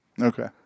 okay